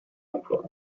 l’emploi